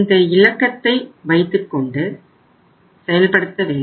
இந்த இலக்கத்தை வைத்துக் கொண்டு செயல்படுத்த வேண்டும்